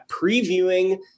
previewing